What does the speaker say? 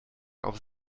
auf